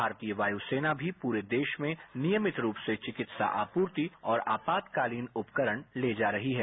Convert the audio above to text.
भारतीय वायसेना भी पूरे देश में नियमित रूप से चिकित्सा आपूर्ति और आपातकालीन उपकरण ले जा रही है